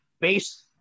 based